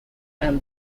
and